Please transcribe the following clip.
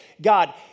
God